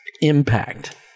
impact